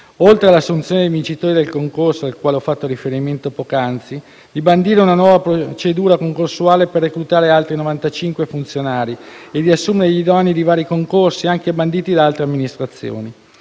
oltre all'assunzione dei vincitori del concorso al quale ho fatto riferimento poc'anzi, di bandire una nuova procedura concorsuale per reclutare altri 95 funzionari e di assumere gli idonei di vari concorsi, anche banditi da altre amministrazioni.